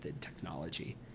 Technology